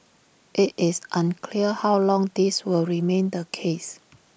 IT is unclear how long this will remain the case